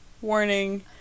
warning